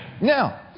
Now